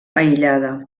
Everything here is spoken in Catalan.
aïllada